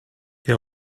your